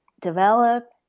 develop